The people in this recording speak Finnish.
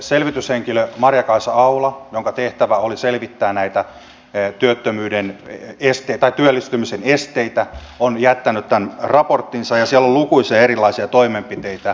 selvityshenkilö maria kaisa aula jonka tehtävä oli selvittää näitä työllistymisen esteitä on jättänyt raporttinsa ja siellä on lukuisia erilaisia toimenpiteitä